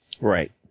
Right